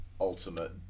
ultimate